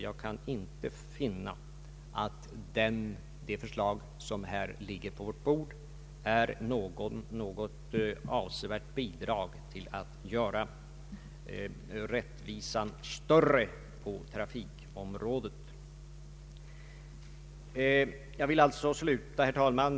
Jag kan inte finna att det förslag som här ligger på vårt bord är något avsevärt bidrag till större rättvisa på trafikområdet. Herr talman!